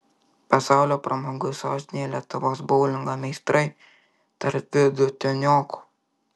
pasaulio pramogų sostinėje lietuvos boulingo meistrai tarp vidutiniokų